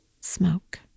smoke